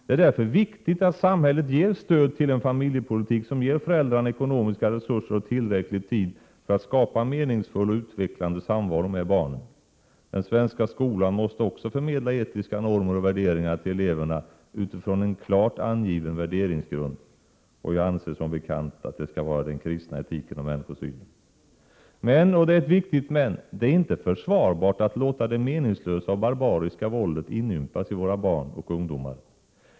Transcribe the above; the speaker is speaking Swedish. Det är därför viktigt att samhället ger stöd till en familjepolitik som ger föräldrarna ekonomiska resurser och tillräcklig tid för att skapa meningsfull och utvecklande samvaro med barnen. Den svenska skolan måste också förmedla etiska normer och värderingar till eleverna utifrån en klart angiven värderingsgrund, och jag anser som bekant att det skall vara den kristna etiken och människosynen. Men, och det är ett viktigt men, det är inte försvarbart att låta det meningslösa och barbariska våldet inympas i våra barn och ungdomar.